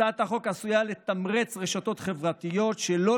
הצעת החוק עשויה לתמרץ רשתות חברתיות שלא